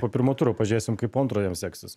po pirmo turo pažiūrėsim kaip po antro jam seksis